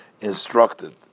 instructed